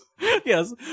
yes